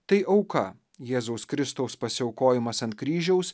tai auka jėzaus kristaus pasiaukojimas ant kryžiaus